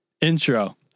intro